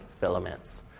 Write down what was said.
filaments